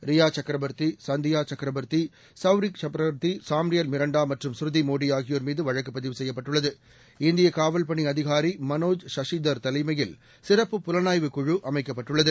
ரியாசக்ரபர்த்திசந்தியாசக்ரபர்த்திசௌவிக் சக்ரவர்த்திசாம்யல் மிரண்டாமற்றும் ஸ்ருதிமோடிஆகியோர் மீதுவழக்குபதிவு செய்யப்பட்டுள்ளது பணிஅதிகாரிமனோஜ் இந்தியகாவல் சஷிதர் தலைமையில் சிறப்பு புலனாய்வு குழு அமைக்கப்பட்டுள்ளது